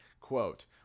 quote